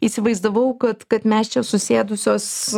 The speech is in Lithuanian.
įsivaizdavau kad kad mes čia susėdusios